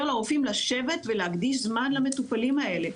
לרופאים לשבת ולהקדיש זמן למטופלים האלה.